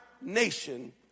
nation